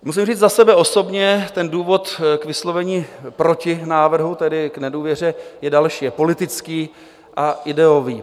Musím říct za sebe osobně: ten důvod k vyslovení proti návrhu, tedy k nedůvěře, je další, je politický a ideový.